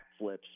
backflips